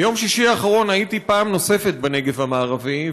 ביום שישי האחרון הייתי פעם נוספת בנגב המערבי,